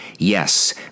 Yes